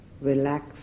relax